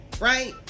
right